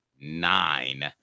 nine